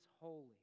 holy